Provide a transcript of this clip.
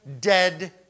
dead